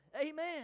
amen